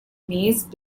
maze